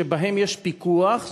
שבהן יש פיקוח.